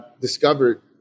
discovered